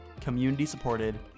community-supported